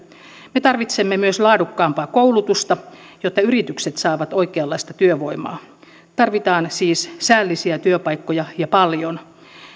me tarvitsemme myös laadukkaampaa koulutusta jotta yritykset saavat oikeanlaista työvoimaa tarvitaan siis säällisiä työpaikkoja ja paljon